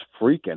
freaking